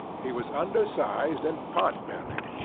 he was undersized and potbellied,